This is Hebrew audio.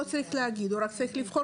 הוא לא צריך להגיד הוא רק צריך לבחור